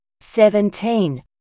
seventeen